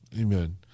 Amen